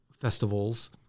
Festivals